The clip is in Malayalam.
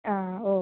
ആ ഓക്കെ